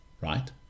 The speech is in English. Right